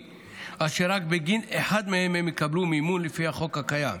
אשר רק בגין אחד מהם הם יקבלו מימון לפי החוק הקיים.